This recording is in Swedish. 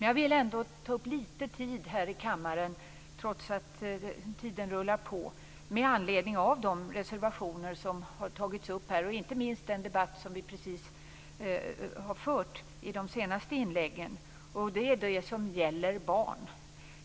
Jag vill ändå ta upp lite tid här i kammaren, trots att tiden går, med anledning av de reservationer som har tagits upp här och inte minst den debatt som vi precis har fört i de senaste inläggen, och det gäller barn.